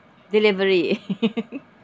delivery